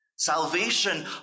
Salvation